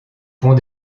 pont